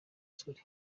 solly